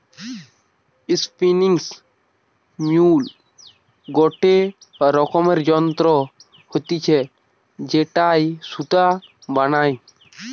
spinning mule গটে রকমের যন্ত্র হতিছে যেটায় সুতা বানায়